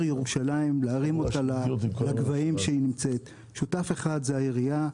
ירושלים לגבהים שהיא נמצאת בהם: שותף אחד זה העירייה,